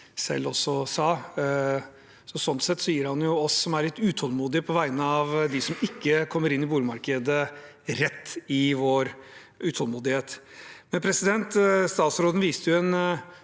selv sa. Slik sett gir han oss som er litt utålmodige på vegne av dem som ikke kommer inn i boligmarkedet, rett i vår utålmodighet. Statsråden viste en